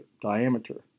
diameter